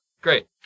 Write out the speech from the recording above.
great